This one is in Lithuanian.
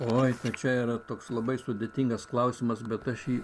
oi čia yra toks labai sudėtingas klausimas bet aš jį